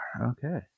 Okay